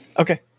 Okay